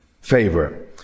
favor